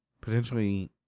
potentially